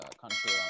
country